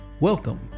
Welcome